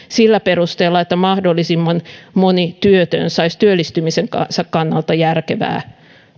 sillä perusteella että mahdollisimman moni työtön saisi työllistymisen kannalta järkevää